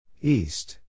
East